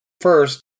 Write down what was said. First